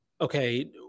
okay